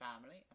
family